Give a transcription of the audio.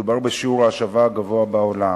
מדובר בשיעור ההשבה הגבוה בעולם.